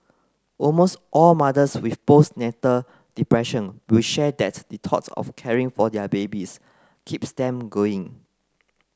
almost all mothers with postnatal depression will share that the thought of caring for their babies keeps them going